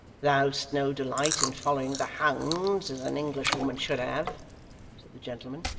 thou'st no delight in following the hounds as an englishwoman should have said the gentleman.